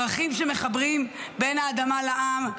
ערכים שמחברים בין האדמה לעם,